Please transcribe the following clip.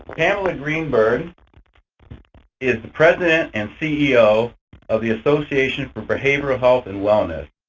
pamela greenberg is the president and ceo of the association for behavioral health and wellness.